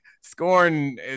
scoring